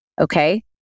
okay